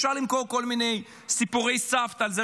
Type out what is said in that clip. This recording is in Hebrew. אפשר למכור לו כל מיני סיפורי סבתא על זה